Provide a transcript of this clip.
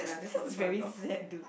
this is very sad dude